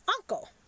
uncle